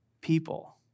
people